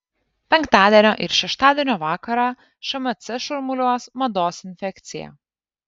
penktadienio ir šeštadienio vakarą šmc šurmuliuos mados infekcija